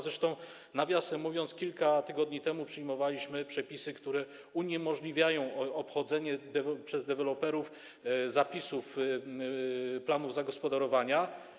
Zresztą, nawiasem mówiąc, kilka tygodni temu przyjmowaliśmy przepisy, które uniemożliwiają obchodzenie przez deweloperów zapisów planów zagospodarowania.